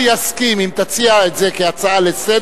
היו"ר ראובן ריבלין: השר יסכים אם תציע את זה כהצעה לסדר-היום,